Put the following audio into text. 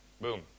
Boom